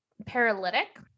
Paralytic